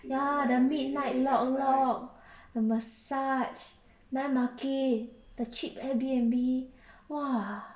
ya the midnight lok lok the massage night market the cheap airbnb !wah!